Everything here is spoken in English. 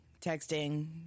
texting